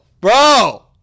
bro